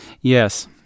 Yes